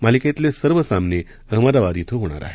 मालिकेतले सर्व सामने अहमदाबाद ॐ होणार आहेत